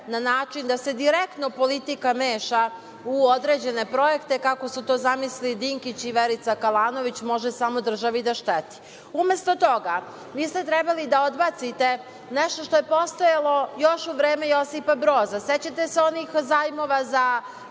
na način da se direktno politika meša u određene projekte, kako su to zamislili Dinkić i Verica Kalanović, može samo državi da šteti. Umesto toga, vi ste trebali da odbacite nešto što je postojalo još u vreme Josipa Broza. Sećate se, onih zajmova za